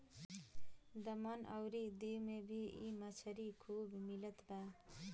दमन अउरी दीव में भी इ मछरी खूब मिलत बा